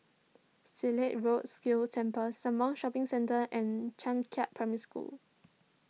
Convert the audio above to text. Silat Road Sikh Temple Sembawang Shopping Centre and Changkat Primary School